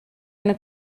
eine